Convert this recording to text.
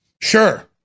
Sure